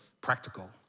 practical